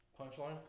Punchline